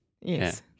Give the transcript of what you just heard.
Yes